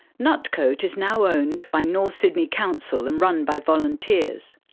nutcote is now owned by north sydney council and run by volunteers.